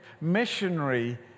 missionary